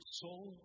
soul